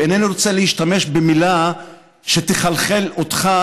ואינני רוצה להשתמש במילה שתחלחל אותך,